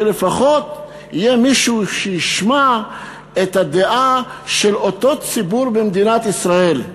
שלפחות יהיה מישהו שישמיע את הדעה של אותו ציבור במדינת ישראל.